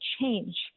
change